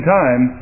time